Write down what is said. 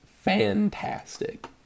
fantastic